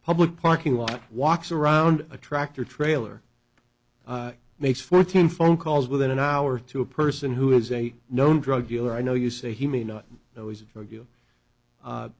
public parking lot walks around a tractor trailer makes fourteen phone calls within an hour to a person who is a known drug dealer i know you say he may not